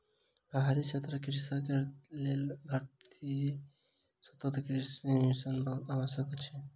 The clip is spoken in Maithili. पहाड़ी क्षेत्रक कृषक के लेल राष्ट्रीय सतत कृषि मिशन बहुत आवश्यक अछि